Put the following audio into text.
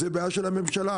זה בעיה של הממשלה,